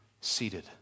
Seated